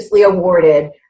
awarded